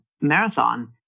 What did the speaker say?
marathon